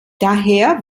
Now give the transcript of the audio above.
daher